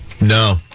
No